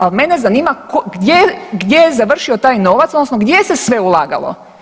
Ali mene zanima gdje je završio taj novac, odnosno gdje se sve ulagalo.